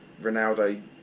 Ronaldo